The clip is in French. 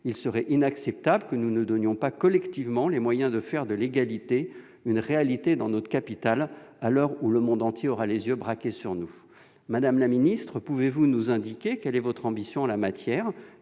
Il serait inacceptable que nous ne nous donnions pas collectivement les moyens de faire de l'égalité une réalité dans notre capitale, à l'heure où le monde entier aura les yeux braqués sur nous. Madame la secrétaire d'État, pouvez-vous nous indiquer quelle est votre ambition en la matière ?